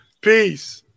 Peace